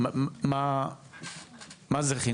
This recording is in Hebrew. מה זה?